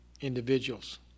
individuals